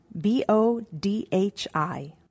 B-O-D-H-I